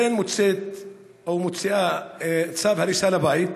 לכן, היא מוציאה צו הריסה לבית